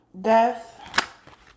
Death